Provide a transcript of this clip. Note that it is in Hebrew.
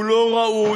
הוא לא ראוי.